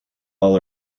all